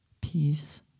peace